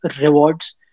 rewards